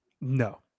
No